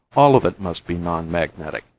all of it must be non-magnetic,